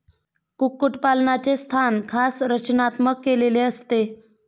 कुक्कुटपालनाचे स्थान खास रचनात्मक केलेले असते